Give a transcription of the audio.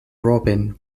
robin